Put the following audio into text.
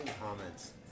comments